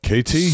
KT